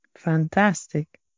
Fantastic